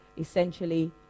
essentially